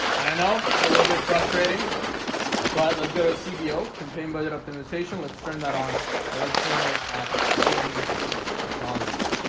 and i know it's a little bit frustrating but let's go to cbo campaign budget optimization. let's turn that on and let's run it at twenty dollars a day